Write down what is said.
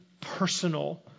personal